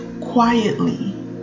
quietly